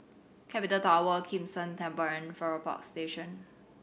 Capital Tower Kim San Temple and Farrer Park Station